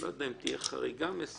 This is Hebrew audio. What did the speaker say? אני לא יודע אם תהיה חריגה מסוימת,